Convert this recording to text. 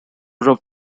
rub